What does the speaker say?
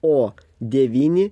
o devyni